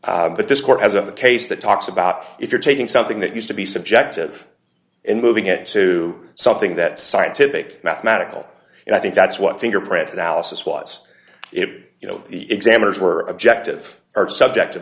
no but this court has of the case that talks about if you're taking something that used to be subjective and moving it to something that scientific mathematical and i think that's what fingerprint analysis was it you know the examiners were objective or subjective